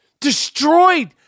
destroyed